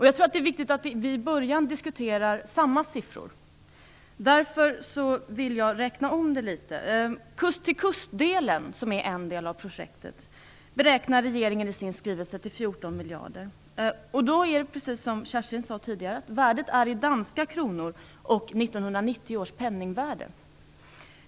Jag tror att det är viktigt att vi från början diskuterar samma siffror. Därför vill jag räkna om litet. Kostnaden för kust-till-kust-delen, som är en del av projektet, beräknar regeringen i sin skrivelse till 14 miljarder. Då är värdet, precis som Kerstin Warnerbring sade tidigare, i danska kronor, och i 1990 års penningvärde.